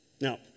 Now